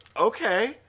okay